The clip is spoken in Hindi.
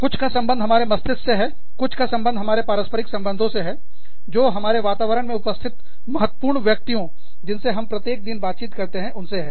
कुछ का संबंध हमारे मस्तिष्क से हैं और कुछ का संबंध हमारे पारस्परिक संबंधों से है जो हमारे वातावरण में उपस्थित महत्वपूर्ण व्यक्तियों जिनसे हम प्रत्येक दिन बातचीत करते हैं उनसे है